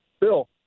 Bill